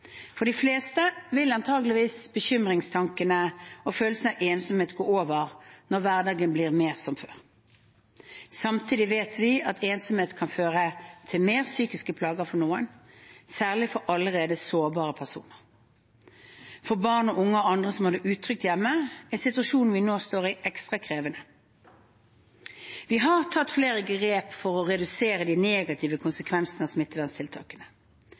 For de fleste vil antakelig bekymringstankene og følelsen av ensomhet gå over når hverdagen blir mer som før. Samtidig vet vi at ensomhet kan føre til mer psykiske plager for noen, særlig for allerede sårbare personer. For barn, unge og andre som har det utrygt hjemme, er situasjonen vi nå står i, ekstra krevende. Vi har tatt flere grep for å redusere de negative konsekvensene av